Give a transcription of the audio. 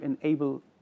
enable